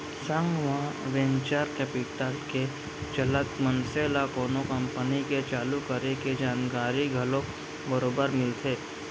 संग म venture capital के चलत मनसे ल कोनो कंपनी के चालू करे के जानकारी घलोक बरोबर मिलथे